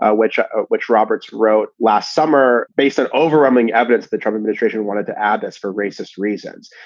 ah which which roberts wrote last summer based on overwhelming evidence the trump administration wanted to add this for racist reasons.